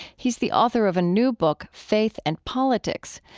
he's the author of a new book, faith and politics.